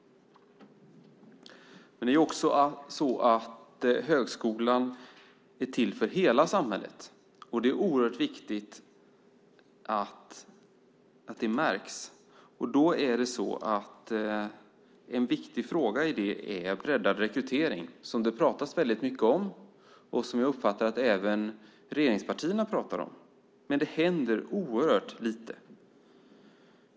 Högskolan är till för hela samhället, och det är oerhört viktigt att det märks. En viktig fråga är då breddad rekrytering, som det pratas väldigt mycket om och som jag uppfattar att även regeringspartierna pratar om, men det händer oerhört lite.